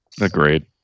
Agreed